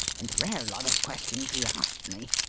and a rare lot of questions he asked me.